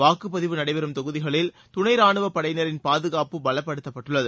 வாக்குப்பதிவு நடைபெறும் தொகுதிகளில் துணை ராணுவப் படையினரின் பாதுகாப்பு பலப்படுத்தப்பட்டுள்ளது